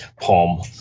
palm